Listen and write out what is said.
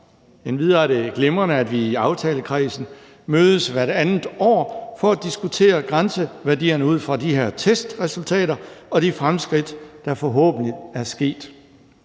Endvidere er det glimrende, at vi i aftalekredsen mødes hvert andet år for at diskutere grænseværdierne ud fra de her testresultater og de fremskridt, der forhåbentlig er sket.